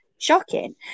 shocking